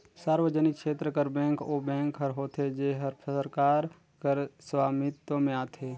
सार्वजनिक छेत्र कर बेंक ओ बेंक हर होथे जेहर सरकार कर सवामित्व में आथे